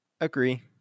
Agree